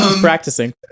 practicing